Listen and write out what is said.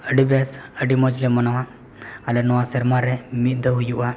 ᱟᱹᱰᱤ ᱵᱮᱥ ᱟᱹᱰᱤ ᱢᱚᱡᱽ ᱞᱮ ᱢᱟᱱᱟᱣᱟ ᱟᱞᱮ ᱱᱚᱣᱟ ᱥᱮᱨᱢᱟᱨᱮ ᱢᱤᱫ ᱫᱷᱟᱹᱣ ᱦᱩᱭᱩᱜᱼᱟ